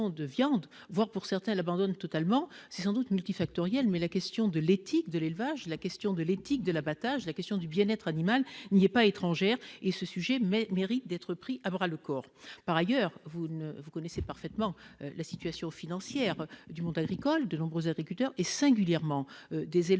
de viande, voire, pour certains, l'abandonnent totalement, c'est sans doute multifactoriel. Mais la question de l'éthique de l'élevage, de l'éthique de l'abattage, la question du bien-être animal n'y sont pas étrangères et ce sujet mérite d'être pris à bras-le-corps. Par ailleurs, vous connaissez parfaitement la situation financière du monde agricole : de nombreux agriculteurs, et singulièrement des éleveurs,